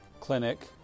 clinic